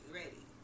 ready